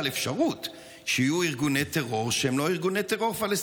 אפשרות שיהיו ארגוני טרור שהם לא פלסטינים,